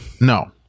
No